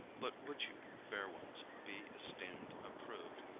but would you, fair ones, be esteem'd, approved,